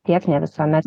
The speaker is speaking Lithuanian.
tiek ne visuomet